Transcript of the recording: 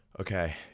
Okay